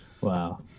wow